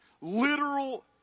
literal